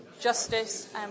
justice